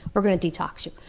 we're going to detox you.